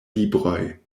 libroj